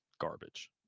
garbage